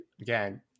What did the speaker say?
again